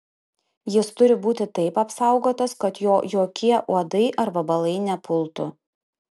jis turi būti taip apsaugotas kad jo jokie uodai ar vabalai nepultų